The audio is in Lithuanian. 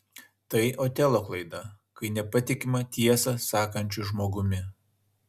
tai otelo klaida kai nepatikima tiesą sakančiu žmogumi